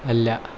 അല്ല